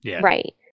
Right